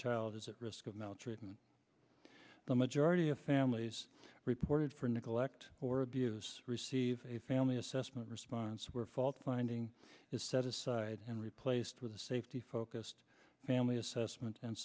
child is at risk of maltreatment the majority of families reported for nicol act or abuse receive a family assessment response where fault finding is set aside and replaced with a safety focused family assessment and